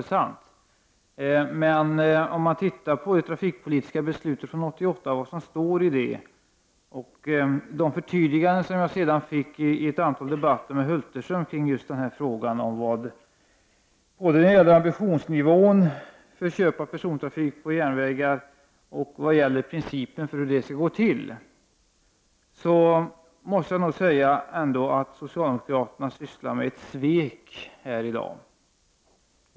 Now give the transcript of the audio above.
När jag tittar på vad som står i det trafikpolitiska beslutet från 1988 och efter de förtydliganden som jag sedan fått i ett antal debatter av Hulterström i fråga om nivån för köp av persontrafik på järnvägen och principen för hur det skall gå till måste jag säga att socialdemokraterna sysslar med svek här i dag.